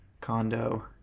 condo